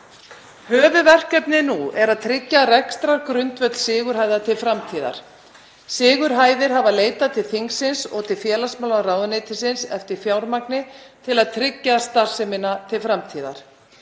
Höfuðverkefni nú er að tryggja rekstrargrundvöll Sigurhæða til framtíðar. Sigurhæðir hafa leitað til þingsins og til félagsmálaráðuneytisins eftir fjármagni til að tryggja starfsemina til framtíðar.